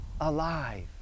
alive